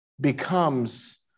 becomes